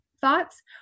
thoughts